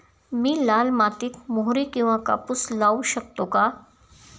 मी लाल मातीत मोहरी किंवा कापूस लावू शकतो का?